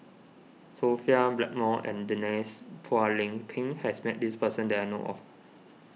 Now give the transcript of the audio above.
Sophia Blackmore and Denise Phua Lay Peng has met this person that I know of